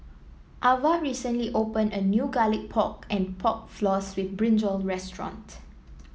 Avah recently open a new Garlic Pork and Pork Floss with brinjal restaurant